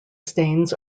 stains